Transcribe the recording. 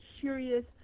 curious